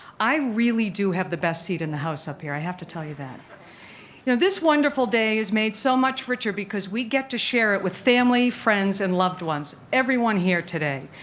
i really do have the best seat in the house up here. i have to tell you that. you know this wonderful day is made so much richer because we get to share it with family, friends, and loved ones everyone here today.